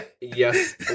Yes